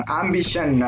ambition